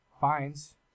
finds